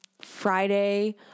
Friday